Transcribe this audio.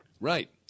Right